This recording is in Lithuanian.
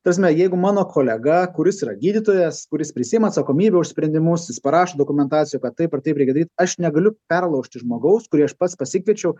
ta prasme jeigu mano kolega kuris yra gydytojas kuris prisiima atsakomybę už sprendimus jis parašo dokumentacijoj kad taip ar taip reikia daryt aš negaliu perlaužti žmogaus kurį aš pats pasikviečiau